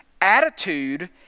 attitude